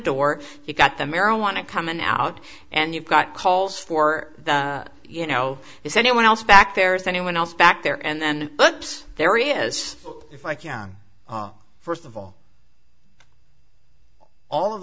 door you've got the marijuana coming out and you've got calls for the you know if anyone else back there's anyone else back there and then there is if i can first of all all of